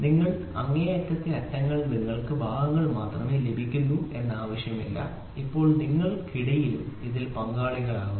നിങ്ങളുടെ അങ്ങേയറ്റത്തെ അറ്റങ്ങൾ നിങ്ങൾക്ക് ഭാഗങ്ങൾ മാത്രമേ ലഭിക്കൂ എന്ന ആവശ്യമില്ല ഇപ്പോൾ നിങ്ങൾക്കിടയിലും ഇതിൽ പങ്കാളികളാകുന്നു